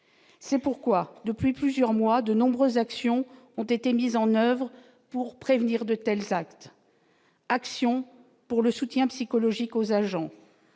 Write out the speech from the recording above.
c'est pourquoi, depuis plusieurs mois, de nombreuses actions ont été mises en oeuvre pour prévenir de tels actes, action pour le soutien psychologique aux agents